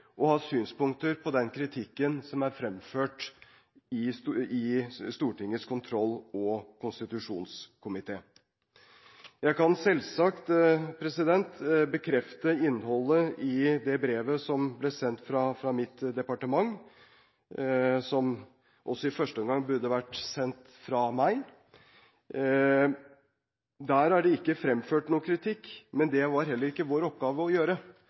å ha synspunkter på den kritikken som er fremført i Stortingets kontroll- og konstitusjonskomité. Jeg kan selvsagt bekrefte innholdet i det brevet som ble sendt fra mitt departement, som også i første omgang burde ha vært sendt fra meg. Der er det ikke fremført noen kritikk, men det var det heller ikke vår oppgave å gjøre.